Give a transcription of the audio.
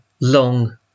long